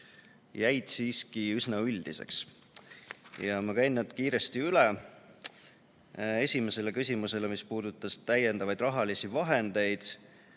jäid siiski üsna üldiseks. Ma käin need kiiresti üle. Esimesele küsimusele, mis puudutas täiendavaid rahalisi vahendeid,